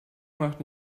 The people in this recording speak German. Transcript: macht